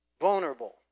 Vulnerable